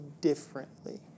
differently